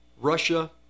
Russia